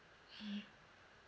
mmhmm